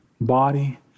body